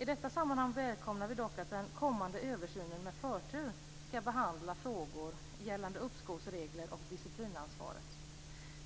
I detta sammanhang välkomnar vi dock att den kommande översynen med förtur skall behandla frågor gällande uppskovsregler och disciplinansvar.